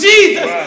Jesus